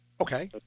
Okay